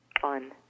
fun